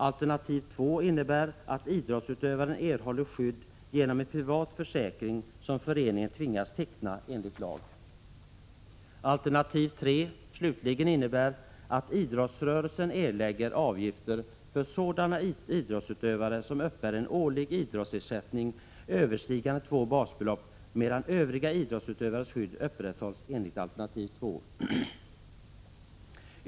Alternativ 2 innebär att idrottsutövaren erhåller skydd genom en privat försäkring som föreningen enligt lag tvingas teckna. Alternativ 3 slutligen innebär att idrottsrörelsen erlägger avgifter för sådana idrottsutövare som uppbär årlig idrottsersättning överstigande två basbelopp medan övriga idrottsutövares skydd upprätthålls enligt alternativ 2.